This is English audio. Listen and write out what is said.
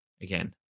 again